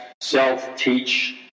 self-teach